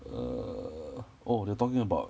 err oh they are talking about